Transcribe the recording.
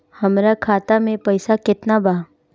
हमरा खाता में पइसा केतना बा?